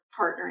partnering